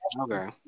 Okay